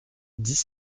dix